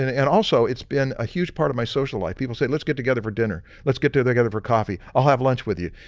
and and also, it's been a huge part of my social life. people say, let's get together for dinner. let's get together for coffee. i'll have lunch with you.